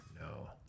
No